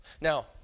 Now